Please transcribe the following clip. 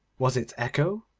was it echo?